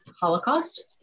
Holocaust